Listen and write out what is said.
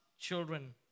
children